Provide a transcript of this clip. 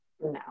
no